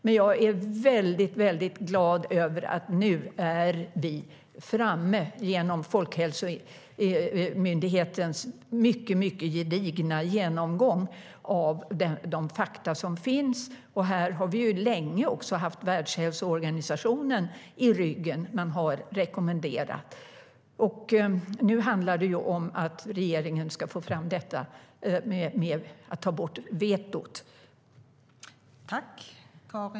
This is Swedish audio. Men jag är väldigt glad över att vi nu är framme tack vare Folkhälsomyndighetens mycket gedigna genomgång av de fakta som finns. Här har vi länge haft Världshälsoorganisationen i ryggen. Den har rekommenderat detta. Nu handlar det om att regeringen ska få fram detta med att ta bort vetot.